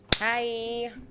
Hi